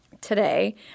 today